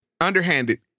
underhanded